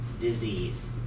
disease